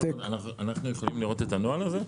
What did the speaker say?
--- אנחנו יכולים לראות את הנוהל הזה?